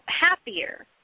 happier